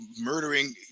murdering